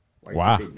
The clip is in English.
Wow